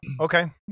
Okay